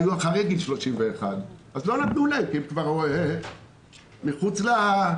היו אחרי גיל 31. לא נתנו להם כי הם כבר מחוץ לזכאות.